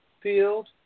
Field